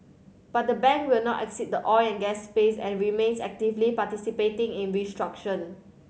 but the bank will not exit the oil and gas space and remains actively participating in